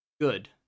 good